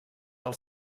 del